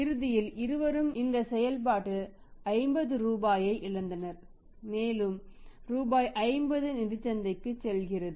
இறுதியில் இருவரும் இந்த செயல்பாட்டில் 50 ரூபாயை இழந்தனர் மேலும் ரூபாய் 50 நிதிச் சந்தைக்குச் செல்கிறது